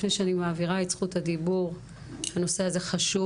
לפני שאני מעבירה את זכות הדיבור - הנושא הזה חשוב.